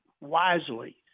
wisely